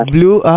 Blue